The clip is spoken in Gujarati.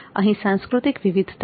અહીં સાંસ્કૃતિક વિવિધતા છે